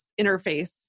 interface